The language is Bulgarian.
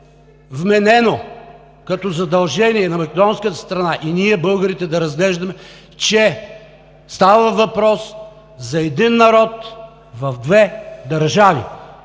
вменено като задължение на македонската страна, и ние, българите, да разглеждаме, че става въпрос за един народ в две държави!